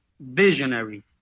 visionary